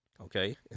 okay